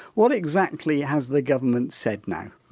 what exactly has the government said now?